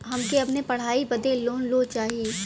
हमके अपने पढ़ाई बदे लोन लो चाही?